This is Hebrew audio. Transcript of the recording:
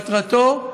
מטרתו,